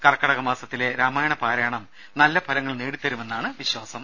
കർക്കടക മാസത്തിലെ രാമായണ പാരായണം നല്ല ഫലങ്ങൾ നേടിത്തരുമെന്നാണ് വിശ്വാസം